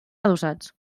adossats